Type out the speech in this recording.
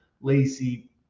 Lacey